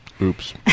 Oops